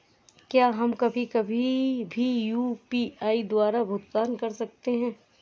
क्या हम कभी कभी भी यू.पी.आई द्वारा भुगतान कर सकते हैं?